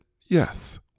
yes